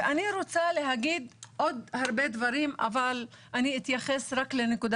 ואני רוצה להגיד עוד הרבה דברים אבל אני אתייחס רק לנקודה